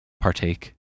partake